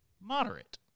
moderate